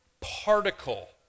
particle